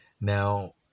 now